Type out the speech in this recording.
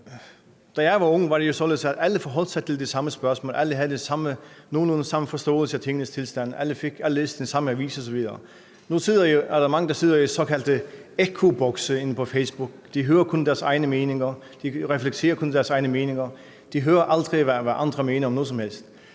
da jeg var ung, jo var således, at alle forholdt sig til de samme spørgsmål, alle havde nogenlunde den samme forståelse af tingenes tilstand, alle læste de samme aviser osv. Nu er der jo mange, der sidder i de såkaldte ekkobokse inde på Facebook. De hører kun deres egne meninger, de reflekterer kun deres egne meninger, de hører aldrig, hvad andre mener om noget som helst,